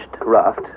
raft